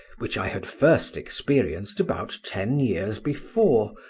which i had first experienced about ten years before,